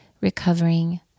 recovering